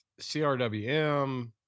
crwm